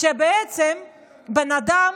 שבעצם בן אדם